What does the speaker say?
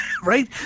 right